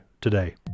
today